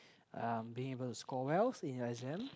um being able to score well in the exam